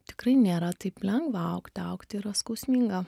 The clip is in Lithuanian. tikrai nėra taip lengva augti augti yra skausminga